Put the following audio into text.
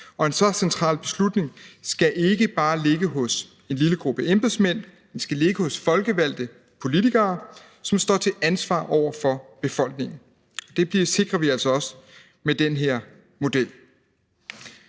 og en så central beslutning skal ikke bare ligger hos en lille gruppe embedsmænd; den skal ligge hos folkevalgte politikere, som står til ansvar over for befolkningen. Det sikrer vi altså også med den her model.